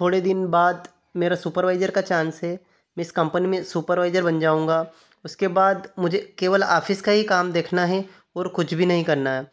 थोड़े दिन बाद मेरा सुपरवाइजर का चांस है इस कंपनी में सुपरवाइजर बन जाऊँगा उसके बाद मुझे केवल ऑफिस का ही काम देखना है और कुछ भी नहीं करना है